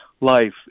life